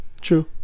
True